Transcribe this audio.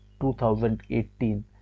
2018